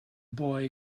boy